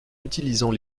utilisant